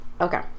Okay